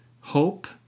hope